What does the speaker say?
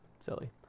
silly